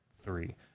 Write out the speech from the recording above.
three